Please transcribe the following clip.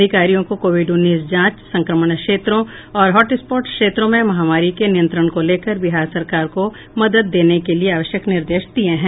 अधिकारियों को कोविड उन्नीस जांच संक्रमण क्षेत्रों और हॉटस्पॉट क्षेत्रों में महामारी के नियंत्रण को लेकर बिहार सरकार को मदद देने के लिए आवश्यक निर्देश दिये गये हैं